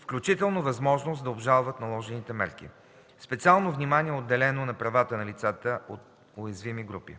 включително възможност да обжалват наложените мерки. Специално внимание е отделено на правата на лицата от уязвими групи.